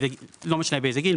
לא משנה באיזה גיל,